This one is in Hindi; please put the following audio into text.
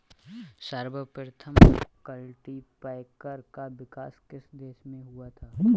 सर्वप्रथम कल्टीपैकर का विकास किस देश में हुआ था?